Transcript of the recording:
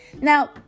Now